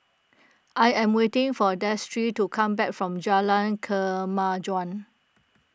I am waiting for Destry to come back from Jalan Kemajuan